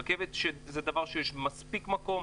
רכבת זה דבר שיש מספיק מקום.